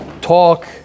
talk